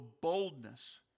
boldness